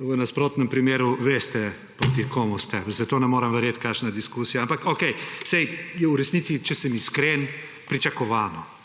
v nasprotnem primeru veste, proti komu ste. Zato ne morem verjeti, kakšna diskusija, ampak okej, saj je v resnici, če sem iskren, pričakovano.